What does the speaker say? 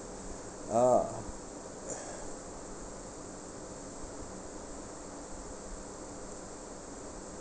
a'ah